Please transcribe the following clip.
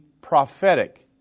prophetic